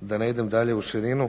Da ne idem dalje u širinu,